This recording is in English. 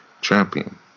champion